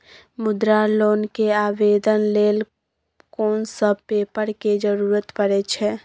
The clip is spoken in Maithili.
मुद्रा लोन के आवेदन लेल कोन सब पेपर के जरूरत परै छै?